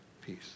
peace